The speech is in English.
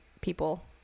people